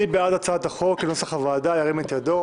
מי בעד הצעת החוק כנוסח הוועדה, ירים את ידו?